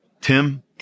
Tim